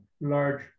large